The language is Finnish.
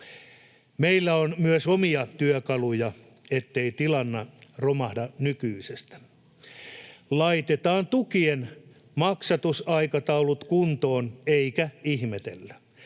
Meillä on myös omia työkaluja, ettei tilanne romahda nykyisestä. Laitetaan tukien maksatusaikataulut kuntoon eikä ihmetellä.